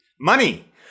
Money